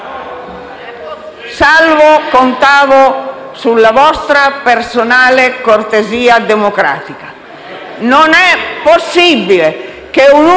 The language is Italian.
ma contavo sulla vostra personale cortesia democratica. Non è possibile che un'unica o pochissime